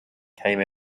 came